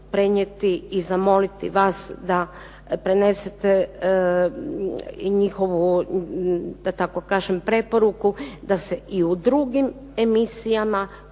prenijeti i zamoliti vas da prenesete njihovu da tako kažem preporuku da se i u drugim emisijama